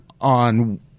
on